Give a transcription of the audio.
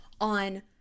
on